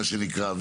מה שנקרא,